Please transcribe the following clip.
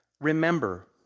Remember